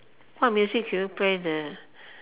what music did you play the